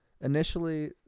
Initially